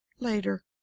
Later